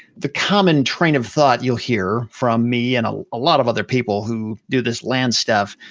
the common train of thought you'll hear from me and a ah lot of other people who do this land stuff,